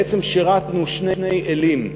בעצם שירתנו שני אלים: